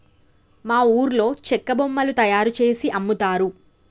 మా ఊర్లో చెక్క బొమ్మలు తయారుజేసి అమ్ముతారు